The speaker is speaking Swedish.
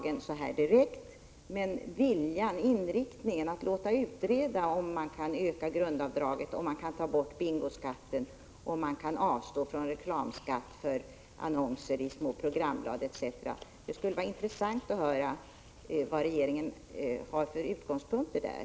Men det vore intressant att höra viljeinriktningen när det gäller att låta utreda om man kan öka grundavdraget, om man kan ta bort bingoskatten, om man kan avstå från reklamskatt på annonser i små program etc. Det skulle vara intressant att höra regeringens utgångspunkter.